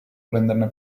prenderne